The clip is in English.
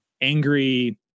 angry